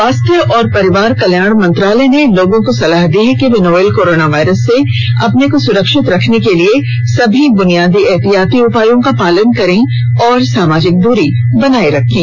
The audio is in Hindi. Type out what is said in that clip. स्वास्थ्य और परिवार कल्याण मंत्रालय ने लोगों को सलाह दी है कि वे नोवल कोरोना वायरस से अपने को सुरक्षित रखने के लिए सभी बुनियादी एहतियाती उपायों का पालन करें और सामाजिक दूरी बनाए रखें